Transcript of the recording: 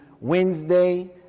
Wednesday